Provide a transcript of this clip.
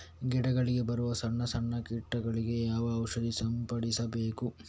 ಗಿಡಗಳಿಗೆ ಬರುವ ಸಣ್ಣ ಸಣ್ಣ ಕೀಟಗಳಿಗೆ ಯಾವ ಔಷಧ ಸಿಂಪಡಿಸಬೇಕು?